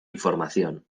información